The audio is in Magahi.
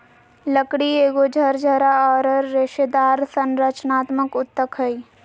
लकड़ी एगो झरझरा औरर रेशेदार संरचनात्मक ऊतक हइ